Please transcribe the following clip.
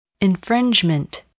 Infringement